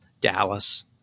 Dallas